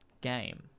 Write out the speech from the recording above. game